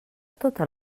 tota